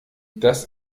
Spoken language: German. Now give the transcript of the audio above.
das